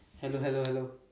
hello hello hello